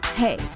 Hey